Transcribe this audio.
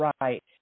right